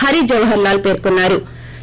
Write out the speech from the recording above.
హరిజవహర్లాల్ పేర్కొన్నా రు